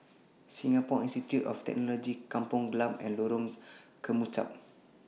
Singapore Institute of Technology Kampong Glam and Lorong Kemunchup